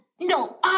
no